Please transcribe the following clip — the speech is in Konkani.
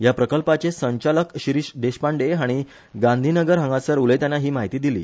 ह्या प्रकल्पाचे संचालक शिरीष देशपांडे हाणी गांधीनगर हांगासर उलयताना हि म्हायती दिली